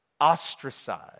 ostracized